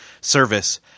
service